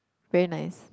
very nice